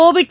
Covid